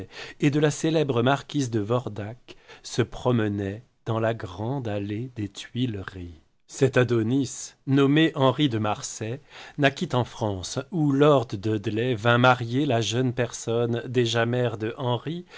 et de la célèbre marquise de vordac se promenait dans la grande allée des tuileries cet adonis nommé henri de marsay naquit en france où lord dudley vint marier la jeune personne déjà mère d'henri